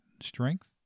strength